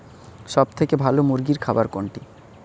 সবথেকে ভালো মুরগির খাবার কোনটি?